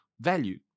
value